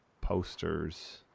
posters –